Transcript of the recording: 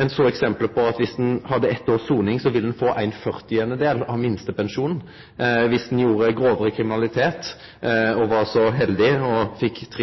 Ein såg eksempel på at om ein hadde sona eitt år, ville ein få ein førtiandedel av minstepensjonen. Om ein gjorde grovare kriminalitet og var så «heldig» å få tre